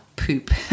poop